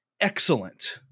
excellent